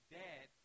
dad